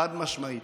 חד-משמעית.